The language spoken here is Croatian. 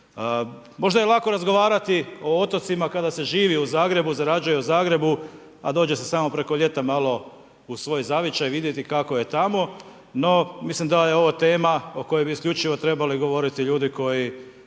Možda je lako razgovarati o otocima kada se živi u Zagrebu, zarađuje u Zagrebu, a dođe se samo preko ljeta malo u svoj zavičaj vidjeti kako je tamo. No, mislim da je ovo tema o kojoj bi isključivo trebali govoriti ljudi koji